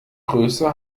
größe